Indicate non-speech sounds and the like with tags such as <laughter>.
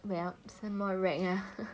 well some more rag ah <laughs>